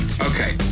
Okay